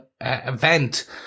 event